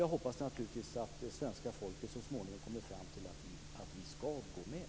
Jag hoppas naturligtvis att svenska folket så småningom kommer fram till att Sverige skall gå med.